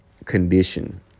condition